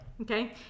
Okay